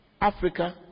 Africa